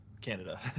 Canada